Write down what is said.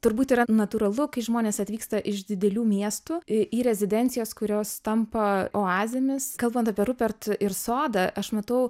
turbūt yra natūralu kai žmonės atvyksta iš didelių miestų į rezidencijas kurios tampa oazėmis kalbant apie rupert ir sodą aš matau